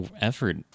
effort